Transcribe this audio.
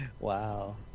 Wow